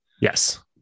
Yes